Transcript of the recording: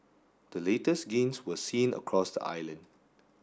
the latest gains were seen across the island